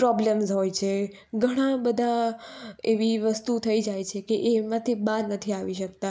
problems હોય છે ઘણા બધા એવી વસ્તુ થઈ જાય છે કે એ એમાંથી બહાર નથી આવી શકતા